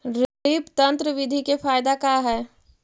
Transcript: Drip तन्त्र बिधि के फायदा का है?